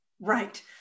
Right